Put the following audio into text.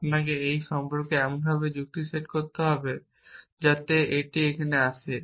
আপনাকে এটি সম্পর্কে এমনভাবে যুক্তি সেট করতে হবে যাতে এটি এখানে আসে